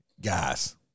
Guys